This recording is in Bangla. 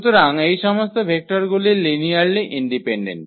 সুতরাং এই সমস্ত ভেক্টরগুলি লিনিয়ারলি ইন্ডিপেন্ডেন্ট